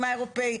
מה אירופי,